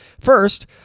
First